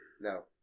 No